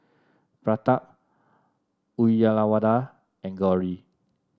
Pratap Uyyalawada and Gauri